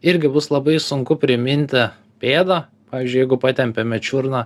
irgi bus labai sunku priminti pėdą pavyzdžiui jeigu patempiame čiurną